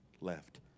left